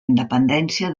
independència